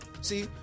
see